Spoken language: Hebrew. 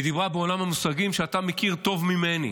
והיא דיברה, בעולם המושגים שאתה מכיר טוב ממני: